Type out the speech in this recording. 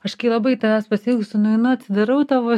aš labai tavęs pasiilgstu nueinu atidarau tavo